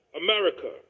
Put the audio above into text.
America